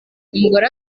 umugore